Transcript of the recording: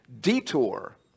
detour